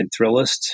Thrillist